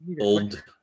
old